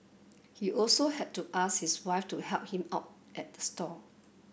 he also had to ask his wife to help him out at the stall